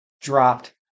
dropped